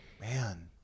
man